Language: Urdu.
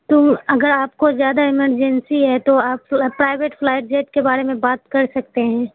تو اگر آپ کو زیادہ ایمرجنسی ہے تو آپ پرائیویٹ فلائٹ جیٹ کے بارے میں بات کر سکتے ہیں